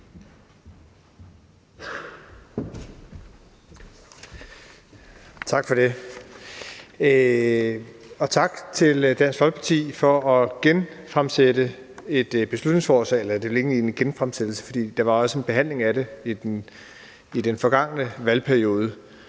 Tak for det, og tak til Dansk Folkeparti for at genfremsætte dette beslutningsforslag, eller det er vel egentlig ikke en genfremsættelse. For der var også en behandling af det i den forgangne valgperiode,